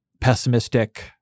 pessimistic